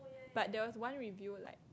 but there was one review like